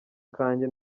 kanjye